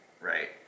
right